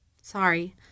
Sorry